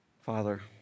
Father